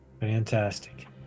Fantastic